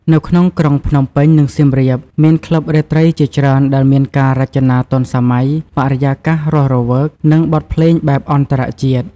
នៅក្នុងក្រុងភ្នំពេញ និងសៀមរាប មានក្លឹបរាត្រីជាច្រើនដែលមានការរចនាទាន់សម័យ បរិយាកាសរស់រវើក និងបទភ្លេងបែបអន្តរជាតិ។